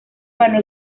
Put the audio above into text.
ganó